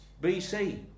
BC